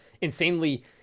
insanely